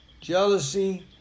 jealousy